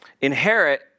inherit